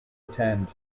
attend